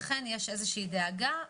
לכן יש איזושהי דאגה.